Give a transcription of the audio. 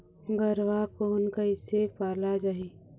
गरवा कोन कइसे पाला जाही?